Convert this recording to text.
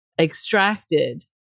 extracted